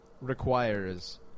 requires –